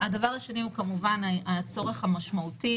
הדבר השני הוא כמובן הצורך המשמעותי.